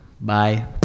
Bye